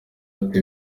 ati